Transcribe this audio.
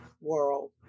world